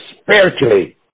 spiritually